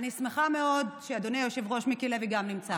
אני שמחה מאוד שאדוני היושב-ראש מיקי לוי גם נמצא כאן.